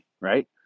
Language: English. right